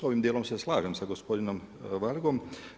S ovim dijelom se slažem sa gospodinom Vargom.